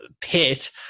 pit